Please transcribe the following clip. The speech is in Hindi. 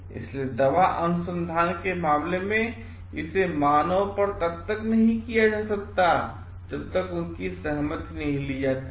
इसलिए दवा अनुसंधान के मामले में इसे मानव पर तब तक नहीं किया जा सकता है जब तक कि उनकी सहमति नहींली जाती है